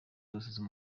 zose